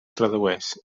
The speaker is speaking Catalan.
tradueix